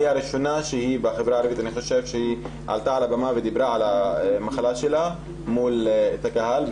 היא הראשונה בחברה הערבית שעלתה על הבמה ודיברה על המחלה שלה מול קהל.